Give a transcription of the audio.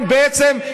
שנייה.